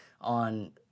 on